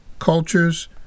cultures